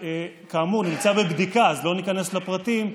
שכאמור, נמצא בבדיקה, אז לא ניכנס לפרטים,